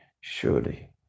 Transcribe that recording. surely